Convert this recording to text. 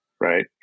right